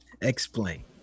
Explain